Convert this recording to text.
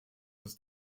was